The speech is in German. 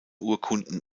urkunden